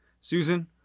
susan